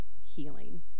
healing